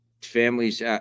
families